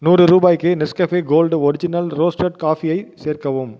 நூறு ரூபாய்க்கு Nescafe gold original roasted காபியை சேர்க்கவும்